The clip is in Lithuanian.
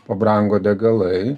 pabrango degalai